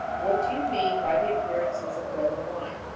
what do you mean by the appearances of bread and wine?